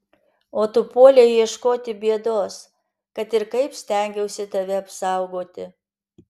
o tu puolei ieškoti bėdos kad ir kaip stengiausi tave apsaugoti